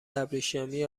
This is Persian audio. ابریشمی